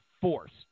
forced